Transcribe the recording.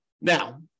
Now